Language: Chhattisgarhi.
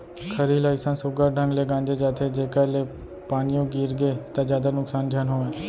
खरही ल अइसन सुग्घर ढंग ले गांजे जाथे जेकर ले पानियो गिरगे त जादा नुकसान झन होवय